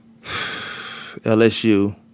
LSU